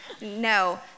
No